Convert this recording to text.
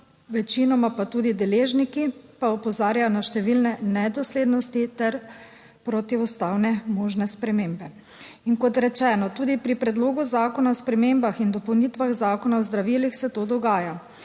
večinoma pa tudi deležniki, pa opozarjajo na številne nedoslednosti ter protiustavne možne spremembe. In kot rečeno, tudi pri Predlogu zakona o spremembah in dopolnitvah Zakona o zdravilih se to dogaja.